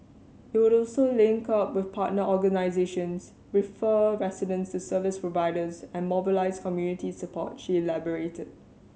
it would also link up with partner organisations refer residents to service providers and mobilise community support she elaborated